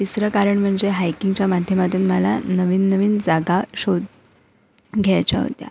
तिसरं कारण म्हणजे हायकिंगच्या माध्यमातून मला नवीन नवीन जागा शोध घ्यायच्या होत्या